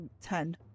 Ten